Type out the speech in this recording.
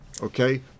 Okay